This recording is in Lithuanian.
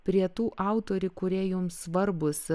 prie tų autorių kurie jums svarbūs